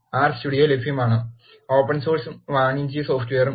R studio ലഭ്യമാണ് open സോഴ്സും വാണിജ്യ സോഫ്റ്റ്വെയറും